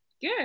Good